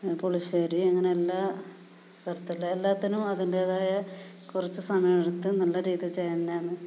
പുളിശ്ശേരി അങ്ങനെ എല്ലാ തരത്തിലെ എല്ലാത്തിനും അതിൻറ്റേതായ കുറച്ച് സമയം എടുത്ത് നല്ല രീതിയിൽ ചെയ്യാനാണ്